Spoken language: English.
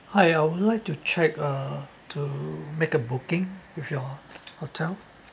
hi I would like to check uh to make a booking with your hotel